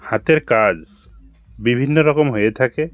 হাতের কাজ বিভিন্ন রকম হয়ে থাকে